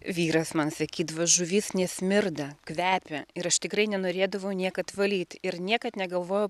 vyras man sakydavo žuvis nesmirda kvepia ir aš tikrai nenorėdavau niekad valyt ir niekad negalvojau